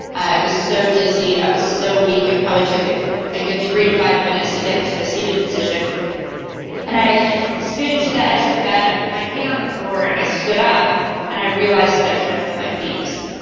i was so dizzy. i was so weak. it probably took a good three to five minutes to get into a seated position and i scooted to the edge of the bed. i put my feet on the floor and i stood up and i realized that i couldn't feel my feet.